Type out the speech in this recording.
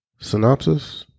synopsis